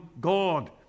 God